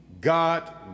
God